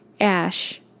Ash